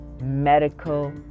medical